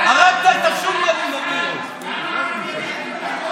הרגת את השולמנים, אביר.